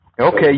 Okay